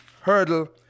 hurdle